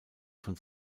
von